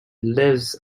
lives